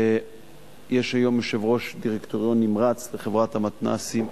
יש היום יושב-ראש דירקטוריון נמרץ לחברת המתנ"סים,